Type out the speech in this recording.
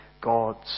God's